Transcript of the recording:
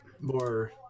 more